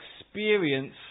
experience